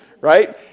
right